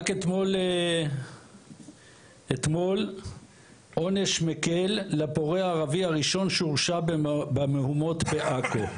רק אתמול עונש מקל לפורע הערבי הראשון שהורשע במהומות בעכו,